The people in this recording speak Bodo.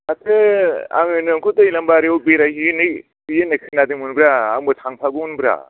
दाख्लै आङो नोंखौ दैलांबारियाव बैरायहैयो होननाय खोनादोंमोन आंबो थांफागौमोन